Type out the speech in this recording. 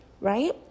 right